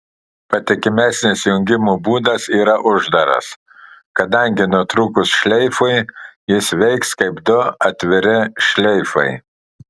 patikimesnis jungimo būdas yra uždaras kadangi nutrūkus šleifui jis veiks kaip du atviri šleifai